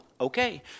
okay